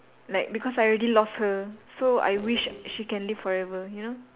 like because I already lost her so I wish she can live forever you know